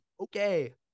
okay